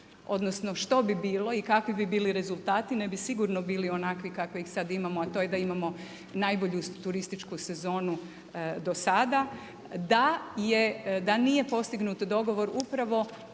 odnosno što bi bilo i kakvi bi bili rezultati. Ne bi sigurno bili onakvi kakve sad imamo, a to je da imamo najbolju turističku sezonu do sada, da nije postignut dogovor upravo